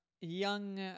young